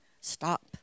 stop